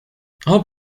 hope